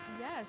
Yes